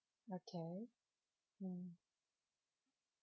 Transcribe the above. okay mm